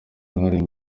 uruhare